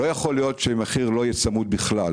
לא יכול להיות שמחיר לא יהיה צמוד בכלל.